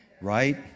right